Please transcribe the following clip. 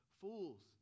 Fools